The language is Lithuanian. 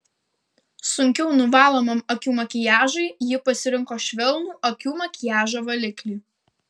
sunkiau nuvalomam akių makiažui ji pasirinko švelnų akių makiažo valiklį